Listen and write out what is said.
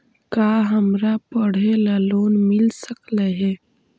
का हमरा पढ़े ल लोन मिल सकले हे?